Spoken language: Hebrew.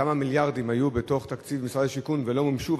שכמה מיליארדים היו בתוך תקציב משרד השיכון ולא מומשו,